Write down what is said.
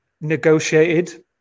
negotiated